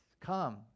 Come